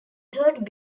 third